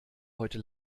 heute